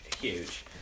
huge